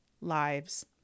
lives